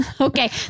okay